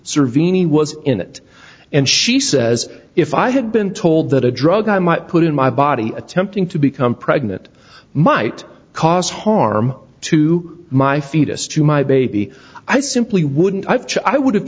survie was in it and she says if i had been told that a drug i might put in my body attempting to become pregnant might cause harm to my fetus to my baby i simply wouldn't i would have